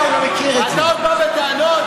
שיפתח את הארנק.